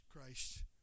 Christ